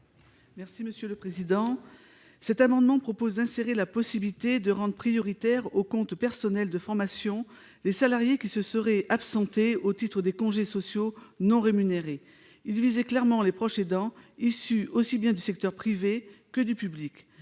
Mme Jocelyne Guidez. Cet amendement tend à insérer la possibilité de rendre prioritaires au compte personnel de formation- ou CPF -les salariés qui se seraient absentés au titre des congés sociaux non rémunérés. Il vise clairement les proches aidants, issus aussi bien du secteur privé que du secteur